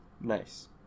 Nice